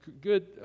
good